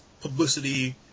publicity